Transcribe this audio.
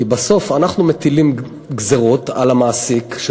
כי בסוף אנחנו מטילים על המעסיק גזירות